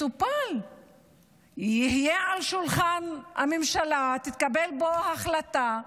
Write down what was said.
יטופל, יהיה על שולחן הממשלה, תתקבל בו החלטה,